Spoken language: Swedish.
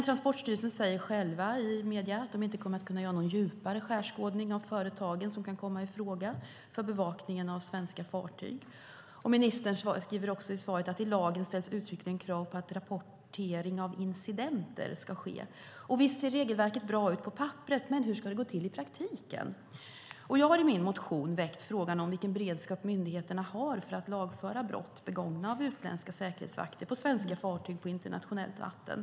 Transportstyrelsen säger själv i medierna att den inte kommer att kunna göra någon djupare skärskådning av företagen som kan komma i fråga för bevakningen av svenska fartyg. Ministern skriver också i svaret att i lagen ställs uttryckligen krav på att rapportering av incidenter ska ske. Visst ser regelverket bra ut på papperet. Men hur ska det gå till i praktiken? Jag har i min motion väckt frågan vilken beredskap myndigheterna har att lagföra brott begångna av utländska säkerhetsvakter på svenska fartyg på internationellt vatten.